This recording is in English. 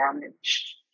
damaged